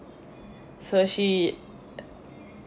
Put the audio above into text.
so she